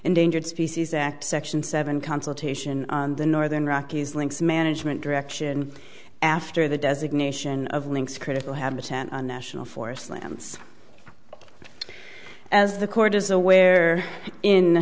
endangered species act section seven consultation the northern rockies links management direction after the designation of links critical habitat national forest lands as the court is aware in